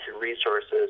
resources